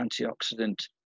antioxidant